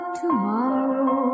tomorrow